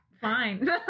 fine